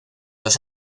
los